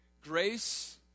grace